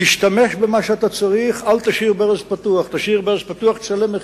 השתמש במה שאתה צריך, אל תשאיר ברז פתוח.